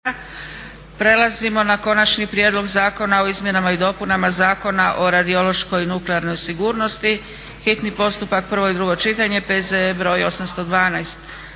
Prelazimo na - Konačni prijedlog zakona o izmjenama i dopunama Zakona o radiološkoj i nuklearnoj sigurnosti, hitni postupak, prvo i drugo čitanje, P.Z.E. br. 812.